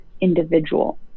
individual